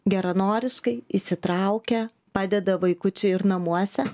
geranoriškai įsitraukia padeda vaikučiui ir namuose